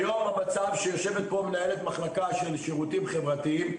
היום המצב שיושבת פה מנהלת מחלקה של שירותים חברתיים,